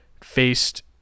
faced